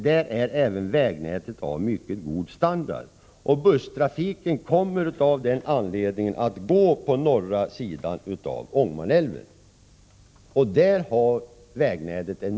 Där är även vägnätet av mycket god standard. Busstrafiken kommer av den anledningen att gå på norra sidan av Ångermanälven.